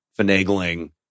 finagling